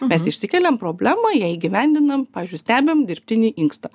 mes išsikėliam problemą ją įgyvendinam pavyzdžiui stebim dirbtinį inkstą